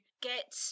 get